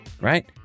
right